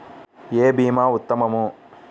ఏ భీమా ఉత్తమము?